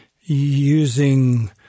using